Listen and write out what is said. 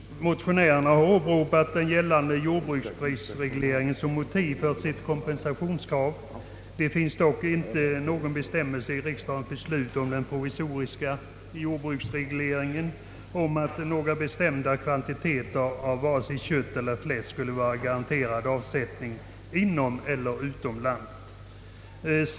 Motionärerna har åberopat den gällande jordbruksprisregleringen som motiv för sitt kompensationskrav. Det finns dock i riksdagens beslut om den provisoriska jordbruksregleringen inte någon bestämmelse om att några bestämda kvantiteter av vare sig kött eller fläsk skulle vara garanterade avsättning inom eller utom landet.